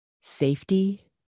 safety